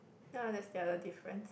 ya that's the other difference